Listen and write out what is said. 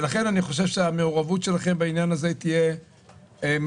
אני חושב שהמעורבות שלכם בעניין הזה תהיה טובה.